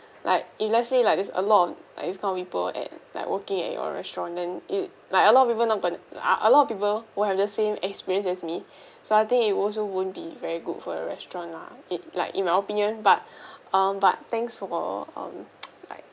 like if let's say like there's a lot of like this kind of people at like working at your restaurant then it like a lot of people not gonna ah a lot of people will have the same experience as me so I think it also won't be very good for your restaurant lah it like in my opinion but um but thanks for um like